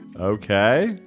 Okay